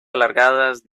alargadas